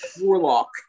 warlock